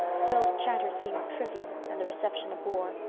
phil's chatter seemed trivial and the reception a bore.